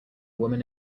woman